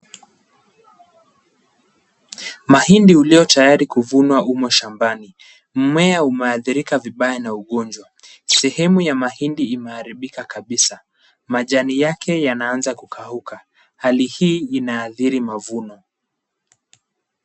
Mahindi uliotayari kuvunwa umo shambani. Mmea umeadhirika vibaya na ugonjwa. Sehemu ya mahindi imeharibika kabisa. Majani yake yanaanza kukauka. Hali hii inaathiri mavuno.